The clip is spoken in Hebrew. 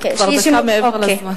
כי את כבר דקה מעבר לזמן.